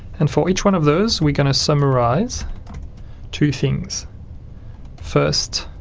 and for each one of those we're going to summarise two things first,